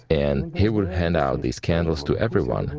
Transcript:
and he would hand out these candles to everyone.